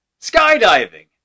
Skydiving